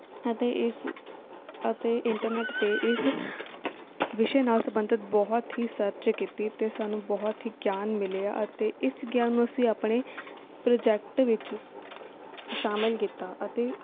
ਅਤੇ ਇਸ ਅਤੇ ਇੰਟਰਨੈੱਟ 'ਤੇ ਇਸ ਵਿਸ਼ੇ ਨਾਲ ਸੰਬੰਧਿਤ ਬਹੁਤ ਹੀ ਸਰਚ ਕੀਤੀ ਅਤੇ ਸਾਨੂੰ ਬਹੁਤ ਹੀ ਗਿਆਨ ਮਿਲਿਆ ਅਤੇ ਇਸ ਗਿਆਨ ਨੂੰ ਅਸੀਂ ਆਪਣੇ ਪ੍ਰੋਜੈਕਟ ਵਿੱਚ ਸ਼ਾਮਿਲ ਕੀਤਾ ਅਤੇ